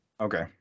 okay